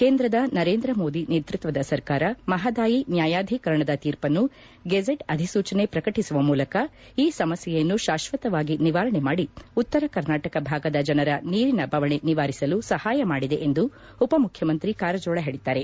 ಕೇಂದ್ರದ ನರೇಂದ್ರಮೋದಿ ನೇತೃತ್ವದ ಸರ್ಕಾರ ಮಹದಾಯಿ ನ್ಯಾಯಾಧೀಕರಣದ ತೀರ್ಪನ್ನು ಗೆಜೆಟ್ ಅಧಿಸೂಚನೆ ಪ್ರಕಟಿಸುವ ಮೂಲಕ ಈ ಸಮಸ್ಕೆಯನ್ನು ಶಾಶ್ವಕವಾಗಿ ನಿವಾರಣೆ ಮಾಡಿ ಉತ್ತರ ಕರ್ನಾಟಕ ಭಾಗದ ಜನರ ನೀರಿನ ಬವಣೆ ನಿವಾರಿಸಲು ಸಹಾಯ ಮಾಡಿದೆ ಎಂದು ಉಪಮುಖ್ಯಮಂತ್ರಿ ಕಾರಜೋಳ ಹೇಳಿದ್ದಾರೆ